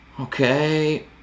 Okay